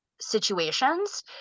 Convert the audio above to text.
situations